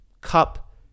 Cup